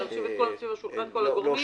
להושיב את כל הגורמים סביב השולחן.